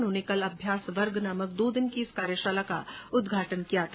उन्होंने कल अभ्यास वर्ग नामक दो दिन की इस कार्यशाला का उदघाटन किया था